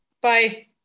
Bye